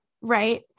right